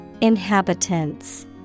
Inhabitants